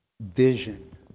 vision